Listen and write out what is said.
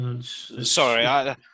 Sorry